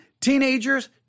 teenagers